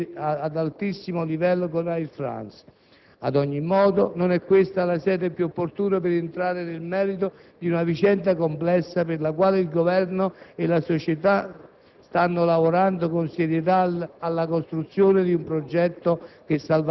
un'agenzia ha battuto la smentita dell'esistenza di «contatti in corso e ad altissimo livello» con Air France. Ad ogni modo, non è questa la sede più opportuna per entrare nel merito di una vicenda complessa per la quale il Governo e la società